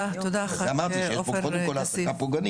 חבר הכנסת עופר כסיף.